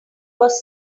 was